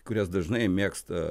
kurias dažnai mėgsta